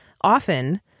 often